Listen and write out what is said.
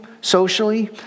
socially